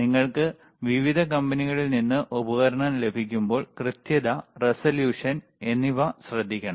നിങ്ങൾക്ക് വിവിധ കമ്പനികളിൽ നിന്ന് ഒരു ഉപകരണം ലഭിക്കുമ്പോൾ കൃത്യത റെസല്യൂഷൻ എന്നിവ ശ്രദ്ധിക്കണം